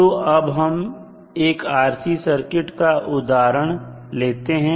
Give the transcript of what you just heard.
तो अब हम एक RC सर्किट का उदाहरण लेते हैं